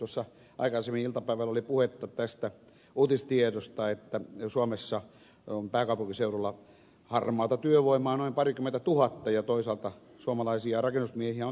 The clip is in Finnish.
tuossa aikaisemmin iltapäivällä oli puhetta tästä uutistiedosta että suomessa on pääkaupunkiseudulla harmaata työvoimaa noin parikymmentätuhatta ja toisaalta suomalaisia rakennusmiehiä on työttömänä